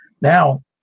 Now